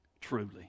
truly